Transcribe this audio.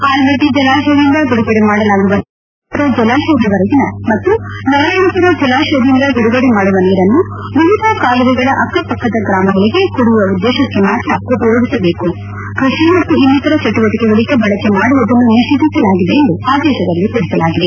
ಆಲಮಟ್ಟಿ ಜಲಾಶಯದಿಂದ ಬಿಡುಗಡೆ ಮಾಡಲಾಗುವ ನೀರನ್ನು ನಾರಾಯಣಮರ ಜಲಾಶಯದವರೆಗಿನ ಮತ್ತು ನಾರಾಯಣಮರ ಜಲಾತಯದಿಂದ ಬಿಡುಗಡೆ ಮಾಡುವ ನೀರನ್ನು ವಿವಿಧ ಕಾಲುವೆಗಳ ಅಕ್ಕಪಕ್ಕದ ಗ್ರಾಮಗಳಿಗೆ ಕುಡಿಯುವ ಉದ್ದೇಶಕ್ಕೆ ಮಾತ್ರ ಉಪಯೋಗಿಸಬೇಕು ಕೃಷಿ ಮತ್ತು ಇನ್ನಿತರ ಚಟುವಟಿಕೆಗಳಿಗೆ ಬಳಕೆ ಮಾಡುವುದನ್ನು ನಿಷೇಧಿಸಲಾಗಿದೆ ಎಂದು ಆದೇತದಲ್ಲಿ ತಿಳಿಸಲಾಗಿದೆ